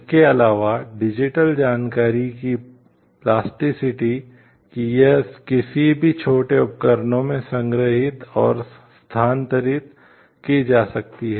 इसके अलावा डिजिटल कि यह किसी भी छोटे उपकरणों में संग्रहीत और स्थानांतरित की जा सकती है